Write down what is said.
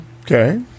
Okay